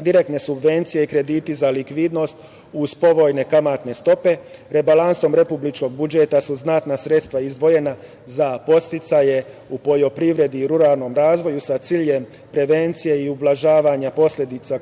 direktne subvencije i krediti za likvidnost uz povoljne kamatne stope. Rebalansom republičkog budžeta su znatna sredstva izdvojena za podsticaje u poljoprivredi i ruralnom razvoju sa ciljem prevencije i ublažavanja posledica